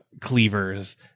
cleavers